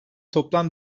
toplam